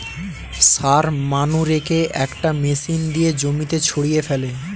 সার মানুরেকে একটা মেশিন দিয়ে জমিতে ছড়িয়ে ফেলে